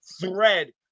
thread